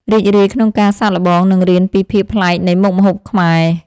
រីករាយក្នុងការសាកល្បង និងរៀនពីភាពប្លែកនៃមុខម្ហូបខ្មែរ។